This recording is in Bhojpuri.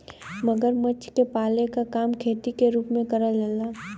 मगरमच्छ के पाले क काम खेती के रूप में करल जाला